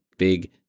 big